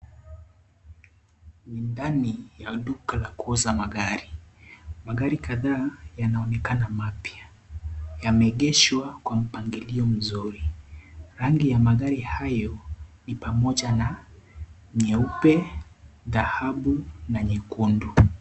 Ni ndani ya duka la kuuza magari. Magari kadhaa yanaonekana mapya yameegeshwa kwa mpangilio mzuri. Rangi ya magari hayo ni pamoja na nyeupe, dhahabu na nyekundu.